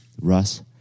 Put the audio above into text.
Russ